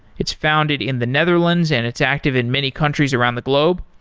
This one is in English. it's founded in the netherlands and it's active in many countries around the globe.